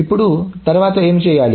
ఇప్పుడు తర్వాత ఏమి చేయాలి